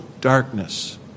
darkness